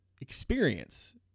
Experience